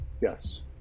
Yes